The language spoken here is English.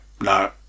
no